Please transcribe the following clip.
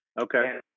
Okay